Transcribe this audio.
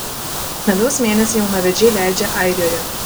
medaus mėnesį jaunavedžiai leidžia airijoje